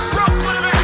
Brooklyn